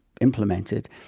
implemented